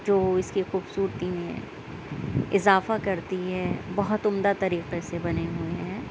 جو اِس کے خوبصورتی میں اضافہ کرتی ہے بہت عمدہ طریقہ سے بنے ہوئے ہیں